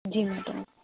जी madam